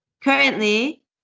currently